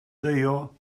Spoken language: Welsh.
deio